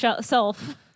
Self